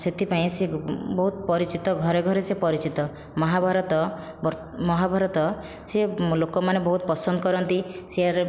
ସେଥିପାଇଁ ସେ ବହୁତ ପରିଚିତ ଘରେ ଘରେ ସେ ପରିଚିତ ମହାଭାରତ ମହାଭାରତ ସିଏ ଲୋକମାନେ ବହୁତ ପସନ୍ଦ କରନ୍ତି ସେ